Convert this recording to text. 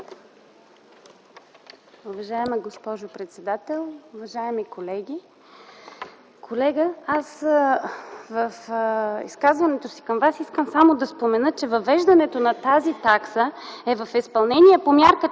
Уважаема госпожо председател, уважаеми колеги! Колега, аз в изказването си към Вас искам само да спомена, че въвеждането на тази такса е в изпълнение по Мярка